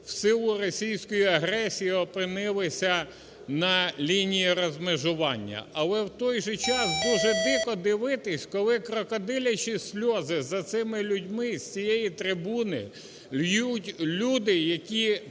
в силу російської агресії опинилися на лінії розмежування. Але у той же час дуже дико дивитися, коли крокодилячі сльози за цими людьми з цієї трибуни ллють люди, які